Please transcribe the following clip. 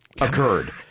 occurred